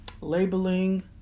labeling